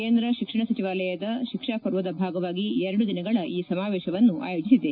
ಕೇಂದ್ರ ಶಿಕ್ಷಣ ಸಚಿವಾಲಯ ಶಿಕ್ಷಾಪರ್ವದ ಭಾಗವಾಗಿ ಎರಡು ದಿನಗಳ ಈ ಸಮಾವೇಶವನ್ನು ಆಯೋಜಿಸಿದೆ